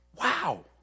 Wow